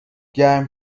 گرم